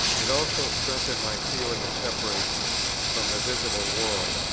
it also strengthened my feeling of separation from the visible world,